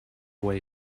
way